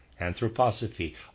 Anthroposophy